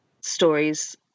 stories